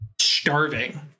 starving